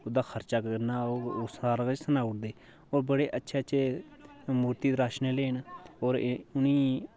उदा खरचा किन्ना होग ओह् सारा किश सनाऊं उड़दे ओर बड़े अच्छें अच्छें मूरती तराशनें लेई ओर एह् उनें गी